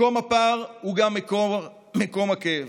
מקום הפער הוא גם מקום הכאב.